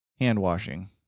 hand-washing